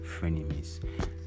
frenemies